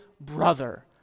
brother